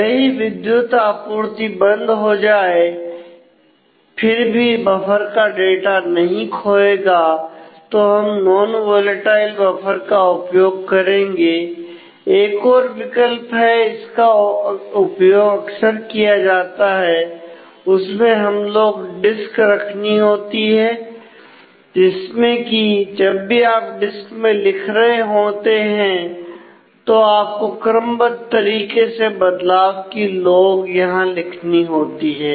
भले ही विद्युत आपूर्ति बंद हो जाए फिर भी बफर का डाटा नहीं खोएगा तो हम नॉन वोलेटाइल बफर का उपयोग करेंगे एक और विकल्प है इसका उपयोग अक्सर किया जाता है उसमें हमें लोग डिस्क यहां लिखनी होती है